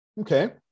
Okay